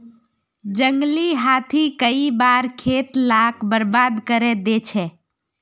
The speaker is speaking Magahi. जंगली हाथी कई बार खेत लाक बर्बाद करे दे छे